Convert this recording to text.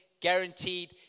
guaranteed